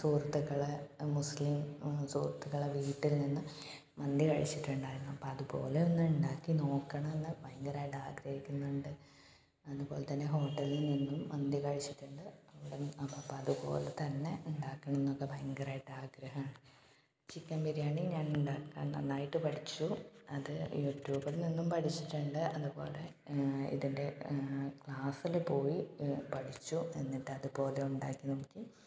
സുഹൃത്തുക്കളെ മുസ്ലിം സുഹൃത്തുക്കളെ വീട്ടിൽ നിന്ന് മന്തി കഴിച്ചിട്ടുണ്ടാരുന്നു അപ്പോൾ അതുപോലെ ഒന്നുണ്ടാക്കി നോക്കണം എന്ന് ഭയങ്കരമായിട്ട് ആഗ്രഹിക്കുന്നുണ്ട് അതുപോലെ തന്നെ ഹോട്ടലിൽ നിന്നും മന്തി കഴിച്ചിട്ടുണ്ട് അപ്പം അപ്പം അതുപോലെ തന്നെ ഉണ്ടാക്കണം എന്നൊക്കെ ഭയങ്കരമായിട്ട് ആഗ്രഹമാണ് ചിക്കൻ ബിരിയാണി ഞാൻ ഉണ്ടാക്കാൻ നന്നായിട്ട് പഠിച്ചു അത് യൂറ്റ്യൂബിൽ നിന്നും പഠിച്ചിട്ടുണ്ട് അതുപോലെ ഇതിൻ്റെ ക്ലാസിൽ പോയി പഠിച്ചു എന്നിട്ട് അതുപോലെ ഉണ്ടാക്കി നോക്കി